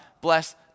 bless